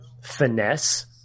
finesse